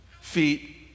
feet